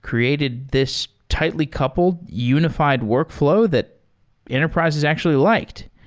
created this tightly coupled, unified workflow that enterprises actually liked.